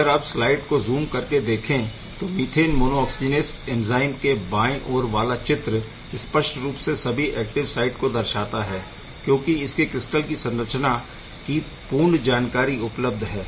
अगर आप स्लाइड को ज़ूम करके देखें तो मीथेन मोनोऑक्सीजिनेस एंज़ाइम के बायें ओर वाला चित्र स्पष्ट रूप से सभी एक्टिव साइट को दर्शाता है क्योंकि इसके क्रिस्टल की संरचना की पूर्ण जानकारी उपलब्ध है